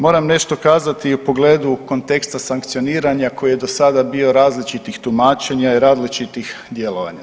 Moram nešto kazati u pogledu konteksta sankcioniranja koji je do sada bio različitih tumačenja i različitih djelovanja.